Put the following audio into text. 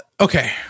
Okay